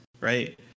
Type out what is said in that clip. right